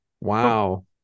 Wow